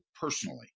personally